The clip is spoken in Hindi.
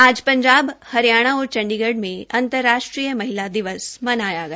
आज पंजाब हरियाणा और चंडीगढ़ में अंतर्राष्ट्रीय महिला दिवस मनाया गया